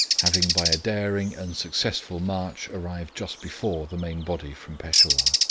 having by a daring and successful march arrived just before the main body from peshawur.